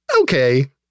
okay